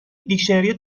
دیکشنری